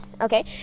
okay